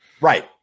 Right